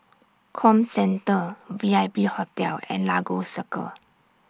Comcentre V I P Hotel and Lagos Circle